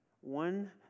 One